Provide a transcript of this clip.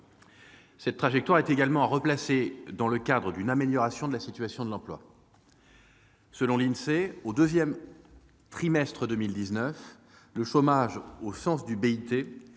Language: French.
Cette trajectoire est également à replacer dans le cadre d'une amélioration de la situation de l'emploi. Selon l'Insee, au deuxième trimestre de 2019, le chômage, au sens du